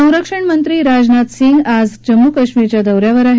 संरक्षण मंत्री राजनाथ सिंग आज जम्मू कश्मीरच्या दौ यावर आहेत